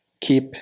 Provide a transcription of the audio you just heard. keep